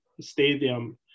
stadium